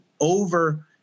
over